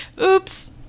Oops